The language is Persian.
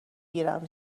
گیرم